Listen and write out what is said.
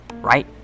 right